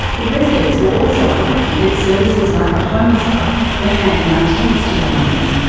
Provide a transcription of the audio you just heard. the residents were also unhappy that services like the homeless hub were handing out tents to the homeless.